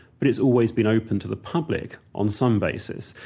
but it's always been open to the public on some basis.